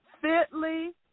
fitly